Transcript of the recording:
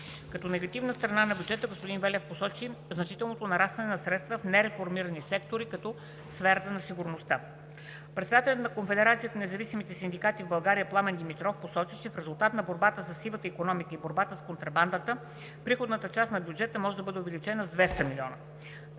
Като негативна страна на бюджета господин Велев посочи отново значителното нарастване на средства в нереформирани сектори като сферата на сигурността. Председателят на Конфедерацията на независимите синдикати в България Пламен Димитров посочи, че в резултат на борбата със сивата икономика и борбата с контрабандата приходната част на бюджета може да бъде увеличена с 200 млн.